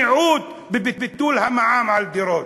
בשיטה של הדרת המיעוט בביטול המע"מ על דירות.